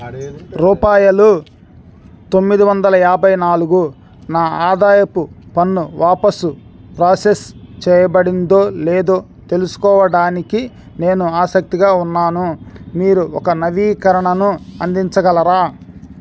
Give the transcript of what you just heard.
రూపాయలు తొమ్మిది వందల యాభై నాలుగు నా ఆదాయపు పన్ను వాపసు ప్రోసెస్ చేయబడిందో లేదో తెలుసుకోవడానికి నేను ఆసక్తిగా ఉన్నాను మీరు ఒక నవీకరణను అందించగలరా